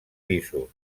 pisos